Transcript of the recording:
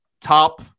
top